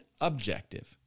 objective